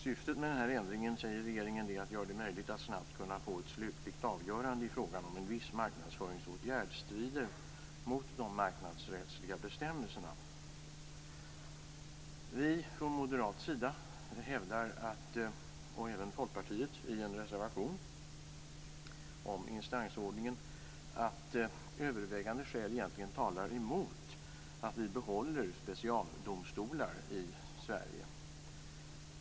Regeringen säger att syftet med den här ändringen är att göra det möjligt att snabbt kunna få ett slutligt avgörande i frågan om en viss marknadsföringsåtgärd strider mot de marknadsrättsliga bestämmelserna. Vi moderater hävdar tillsammans med Folkpartiet i en reservation om instansordningen att övervägande skäl egentligen talar emot att vi behåller specialdomstolar i Sverige.